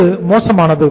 இது மோசமானது